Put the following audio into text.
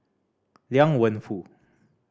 Liang Wenfu